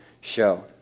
show